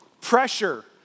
Pressure